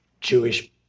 Jewish